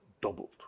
doubled